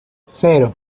cero